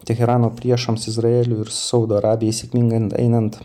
teherano priešams izraeliui ir saudo arabijai sėkmingai ei einant